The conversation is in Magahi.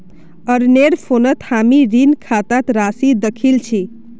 अरनेर फोनत हामी ऋण खातार राशि दखिल छि